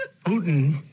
Putin